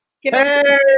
Hey